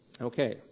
Okay